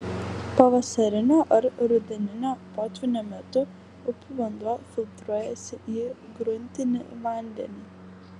pavasarinio ar rudeninio potvynio metu upių vanduo filtruojasi į gruntinį vandenį